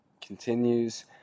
continues